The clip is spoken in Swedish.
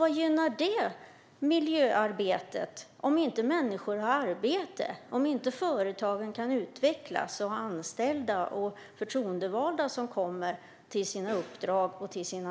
Vad gynnar det miljöarbetet om inte företagen kan utvecklas och få anställda och förtroendevalda som kan ta sig till arbeten och uppdrag?